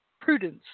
prudence